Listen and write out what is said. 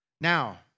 Now